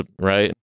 Right